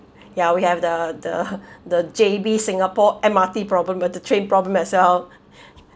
ya we have the the the J_B singapore M_R_T problem where the train problem as well